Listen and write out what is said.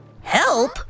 Help